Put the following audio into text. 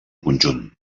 conjunt